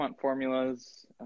formulas